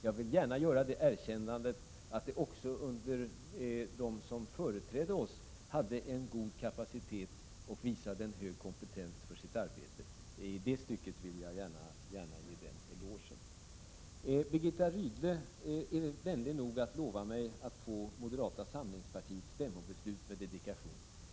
Jag vill gärna också göra det erkännandet att även de som företrädde oss hade en god kapacitet och visade hög kompetens för sitt arbete —i det stycket vill jag gärna ge en eloge. Birgitta Rydle är vänlig nog att lova mig att få moderata samlingspartiets stämmobeslut med dedikation.